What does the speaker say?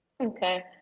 Okay